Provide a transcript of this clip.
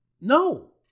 No